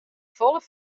folle